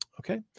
Okay